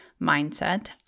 mindset